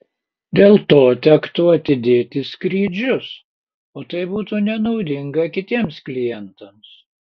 dėl to tektų atidėti skrydžius o tai būtų nenaudinga kitiems klientams